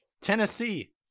Tennessee